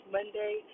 Monday